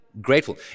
Grateful